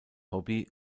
hobby